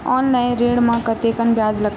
Online ऋण म कतेकन ब्याज लगथे?